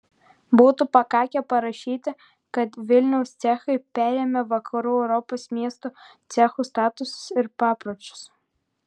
būtų pakakę parašyti kad vilniaus cechai perėmė vakarų europos miestų cechų statusus ir papročius